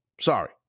Sorry